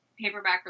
paperback